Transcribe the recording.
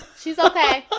she's ok.